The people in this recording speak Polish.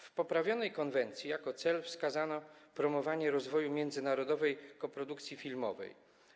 W poprawionej konwencji jako cel wskazano promowanie rozwoju międzynarodowej koprodukcji filmowej.